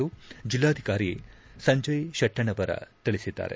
ಎಂದು ಜೆಲ್ಲಾಧಿಕಾರಿ ಸಂಜಯ್ ಶೆಟ್ಟೆಣ್ಣವರ ತಿಳಿಸಿದ್ದಾರೆ